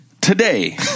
Today